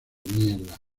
mierda